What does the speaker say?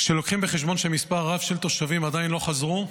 כשלוקחים בחשבון שמספר רב של תושבים עדיין לא חזרו,